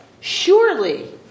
surely